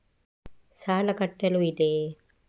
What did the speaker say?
ಸಾಲ ಕಟ್ಟಲು ಇದೆ